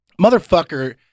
motherfucker